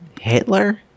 Hitler